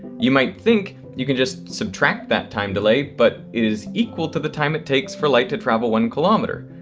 you might think you can just subtract that time delay but it is equal to the time it takes for light to travel one kilometer.